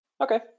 Okay